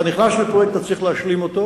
אתה נכנס לפרויקט, אתה צריך להשלים אותו.